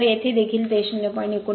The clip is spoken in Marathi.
तर येथे देखील ते 0